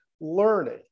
learning